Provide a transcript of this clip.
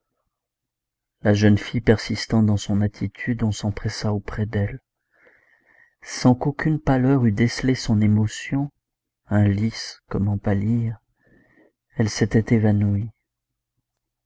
la jeune fille persistant dans son attitude on s'empressa auprès d'elle sans qu'aucune pâleur eût décelé son émotion un lys comment pâlir elle s'était évanouie